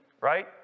right